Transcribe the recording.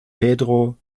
pedro